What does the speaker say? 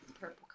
purple